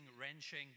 wrenching